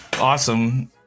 Awesome